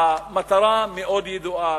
המטרה מאוד ידועה,